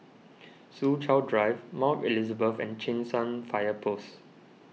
Soo Chow Drive Mount Elizabeth and Cheng San Fire Post